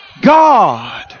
God